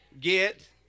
get